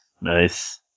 Nice